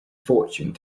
fortune